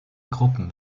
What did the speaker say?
gruppen